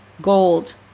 gold